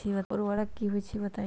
उर्वरक की होई छई बताई?